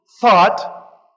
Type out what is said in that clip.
thought